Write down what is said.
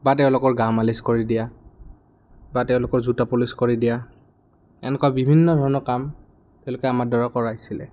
বা তেওঁলোকৰ গা মালিচ কৰি দিয়া বা তেওঁলোকৰ জোতা পলিচ কৰি দিয়া এনেকুৱা বিভিন্ন ধৰণৰ কাম তেওঁলোকে আমাৰদ্বাৰা কৰাইছিলে